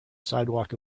sidewalk